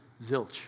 zilch